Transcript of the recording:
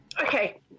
Okay